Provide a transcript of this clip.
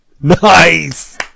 Nice